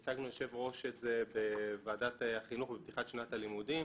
הצגנו ליושב-ראש את זה בוועדת החינוך בפתיחת שנת הלימודים.